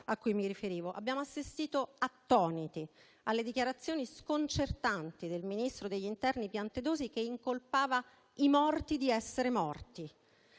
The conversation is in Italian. abbiamo assistito attoniti alle dichiarazioni sconcertanti del ministro dell'interno Piantedosi che incolpava i morti di essere morti;